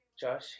Josh